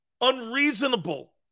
unreasonable